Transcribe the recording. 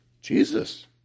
Jesus